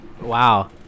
wow